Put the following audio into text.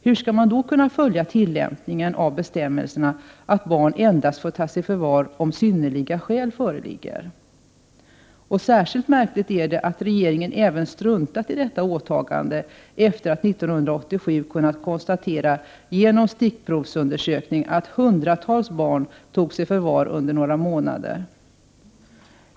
Hur skall man då kunna följa tillämpningen av bestämmelsen att barn endast får tas i förvar om synnerliga skäl föreligger? Särskilt märkligt är det att regeringen även struntat i detta åtagande, efter att 1987 ha kunnat konstatera genom en stickprovsundersökning att hundratals barn togs i förvar under några månader.